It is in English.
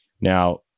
Now